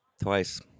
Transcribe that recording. Twice